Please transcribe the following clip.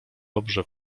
dobrze